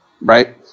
Right